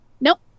Nope